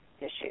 issues